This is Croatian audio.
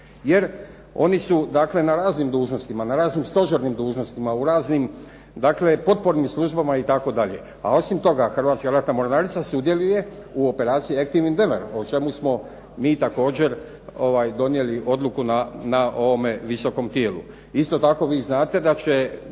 Jer, oni su dakle na raznim dužnostima, na raznim stožernim dužnostima, u raznim dakle potpornim službama itd. A osim toga Hrvatska ratna mornarica sudjeluje u operaciji “Active Indomer“ o čemu smo mi također donijeli odluku na ovome visokom tijelu.